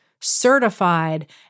certified